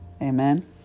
Amen